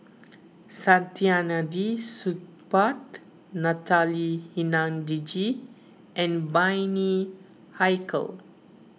Saktiandi Supaat Natalie Hennedige and Bani Haykal